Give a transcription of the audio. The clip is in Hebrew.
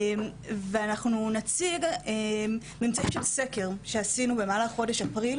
ואנחנו נציג פה היום ממצאים של סקר שעשינו במהלך חודש אפריל